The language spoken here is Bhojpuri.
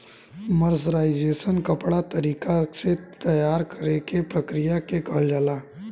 मर्सराइजेशन कपड़ा तरीका से तैयार करेके प्रक्रिया के कहल जाला